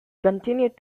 continued